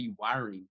rewiring